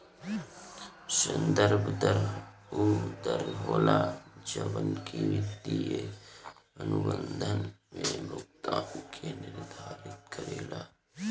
संदर्भ दर उ दर होला जवन की वित्तीय अनुबंध में भुगतान के निर्धारित करेला